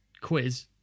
Quiz